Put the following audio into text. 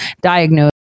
diagnose